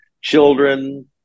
children